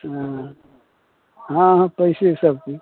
हँ हँ हँ पैसे सभकिछु